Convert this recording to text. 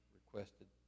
requested